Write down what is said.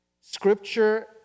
Scripture